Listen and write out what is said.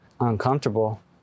uncomfortable